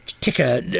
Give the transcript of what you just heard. ticker